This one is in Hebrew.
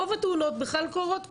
לצערנו, רוב התאונות קורות כאן,